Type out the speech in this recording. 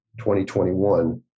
2021